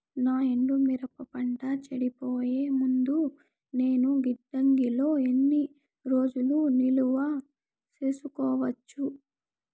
నా ఎండు మిరప పంట చెడిపోయే ముందు నేను గిడ్డంగి లో ఎన్ని రోజులు నిలువ సేసుకోవచ్చు?